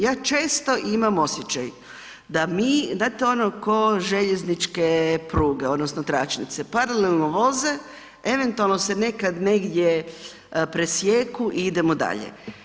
Ja često imam osjećaj da mi znate ono ko željezničke pruge odnosno tračnice, paralelno voze, eventualno se nekad negdje presijeku i idemo dalje.